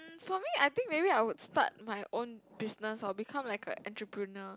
for me I think maybe I would start my own business or become like a entrepreneur